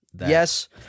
yes